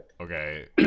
Okay